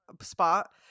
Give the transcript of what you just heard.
spot